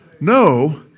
No